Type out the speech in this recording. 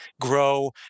Grow